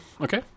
Okay